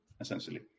essentially